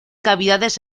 cavidades